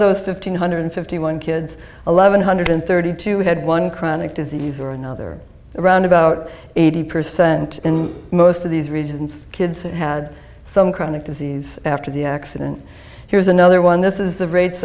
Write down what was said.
those fifteen hundred fifty one kids eleven hundred thirty two had one chronic disease or another around about eighty percent in most of these regions kids that had some chronic disease after the accident here's another one this is the rates